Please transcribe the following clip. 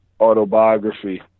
autobiography